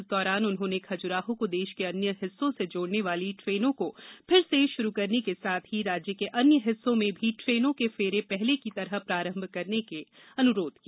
इस दौरान उन्होंने खजुराहो को देश के अन्य हिस्सों से जोड़ने वाली ट्रेनों को फिर से शुरू करने के साथ ही राज्य के अन्य हिस्सों में भी ट्रेनों के फेरे पहले की तरह प्रारंभ करने का अनुरोध किया